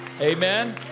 Amen